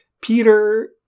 Peter